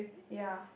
ya